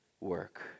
work